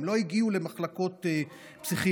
הם לא הגיעו למחלקות פסיכיאטריות.